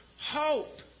hope